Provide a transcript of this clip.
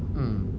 mm